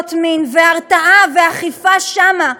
בעבירות מין והרתעה ואכיפה שם,